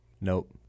Nope